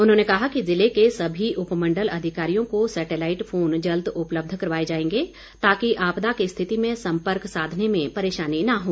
उन्होंने कहा कि जिले के सभी उपमण्डल अधिकारियों को सैटेलाइट फोन जल्द उपलब्ध करवाए जाएंगे ताकि आपदा की स्थिति में संपर्क साधने में परेशानी न हो